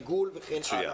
ריגול וכן הלאה.